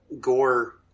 gore